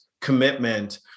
commitment